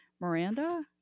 Miranda